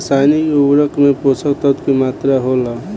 रसायनिक उर्वरक में पोषक तत्व की मात्रा होला?